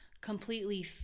completely